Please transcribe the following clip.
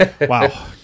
wow